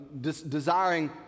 desiring